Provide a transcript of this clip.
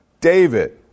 David